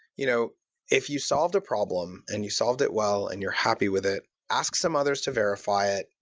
you know if you solved a problem and you solved it well and you're happy with it, ask some others to verify it.